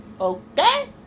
Okay